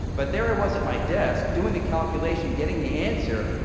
but there i was at my desk doing the calculation, getting the answer,